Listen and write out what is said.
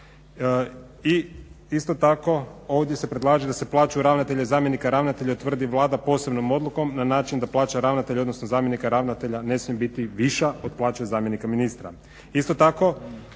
I isto tako ovdje se predlaže da se plaćaju ravnatelje i zamjenika ravnatelja utvrdi Vlada posebnom odlukom na način da plaća ravnatelja, odnosno zamjenika ravnatelja ne smije biti viša od plaće zamjenika ministra. Isto tako,